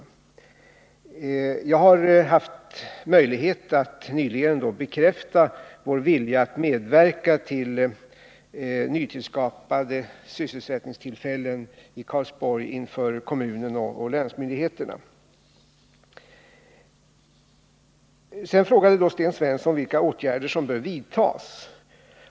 Jag har nyligen haft möjlighet att inför kommunen och länsmyndigheterna bekräfta vår vilja att medverka till nytillskapade sysselsättningstillfällen i Karlsborg. Sten Svensson frågade vilka åtgärder som bör vidtas.